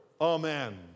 Amen